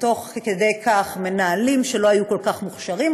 ותוך כדי כך מנהלים שלא היו כל כך מוכשרים,